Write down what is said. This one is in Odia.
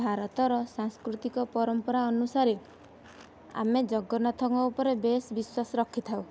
ଭାରତର ସାଂସ୍କୃତିକ ପରମ୍ପରା ଅନୁସାରେ ଆମେ ଜଗନ୍ନାଥଙ୍କ ଉପରେ ବେଶ ବିଶ୍ୱାସ ରଖିଥାଉ